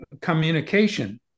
communication